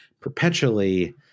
perpetually